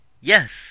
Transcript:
Yes